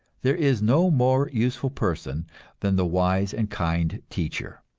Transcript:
there is no more useful person than the wise and kind teacher.